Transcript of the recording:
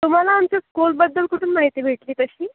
तुम्हाला आमच्या स्कूलबद्दल कुठून माहिती भेटली तशी